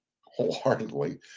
wholeheartedly